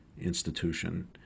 institution